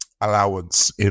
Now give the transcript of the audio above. allowance